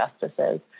justices